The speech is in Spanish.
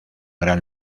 gran